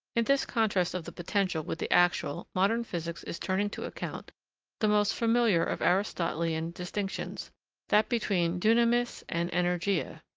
in this contrast of the potential with the actual, modern physics is turning to account the most familiar of aristotelian distinctions that between dunamis and energeia.